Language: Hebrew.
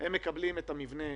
הם גם מקבלים את המבנה,